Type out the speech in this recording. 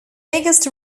biggest